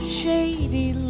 shady